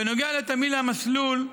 בנוגע לתמהיל המסלול,